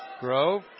Grove